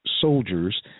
soldiers